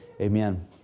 Amen